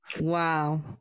Wow